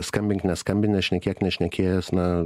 skambink neskambinęs šnekėk nešnekėjęs na